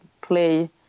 play